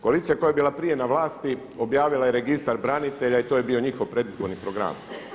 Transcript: Koalicija koja je bila prije na vlasti objavila je registar branitelja i to je bio njihov predizborni program.